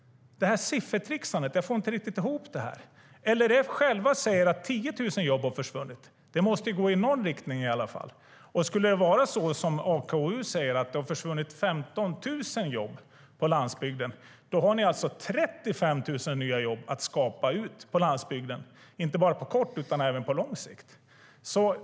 Jag får inte riktigt ihop det här siffertricksandet. LRF säger att 10 000 jobb har försvunnit. Det måste gå i någon riktning i alla fall. Och skulle det vara som AKU säger, att det har försvunnit 15 000 jobb på landsbygden, har ni alltså 35 000 nya jobb att skapa på landsbygden, inte bara på kort sikt utan även på lång sikt.